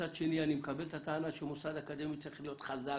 מצד שני אני מקבל את הטענה שמוסד אקדמי צריך להיות חזק,